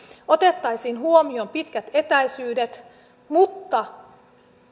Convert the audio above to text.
otettaisiin huomioon pitkät etäisyydet mutta